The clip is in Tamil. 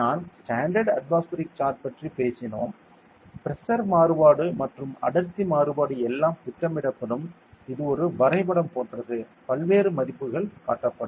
நாம் ஸ்டாண்டர்ட் அட்மோஸ்பர்க் ஷார்ட் பற்றி பேசினோம் பிரஷர் மாறுபாடு மற்றும் அடர்த்தி மாறுபாடு எல்லாம் திட்டமிடப்படும் இது ஒரு வரைபடம் போன்றது பல்வேறு மதிப்புகள் காட்டப்படும்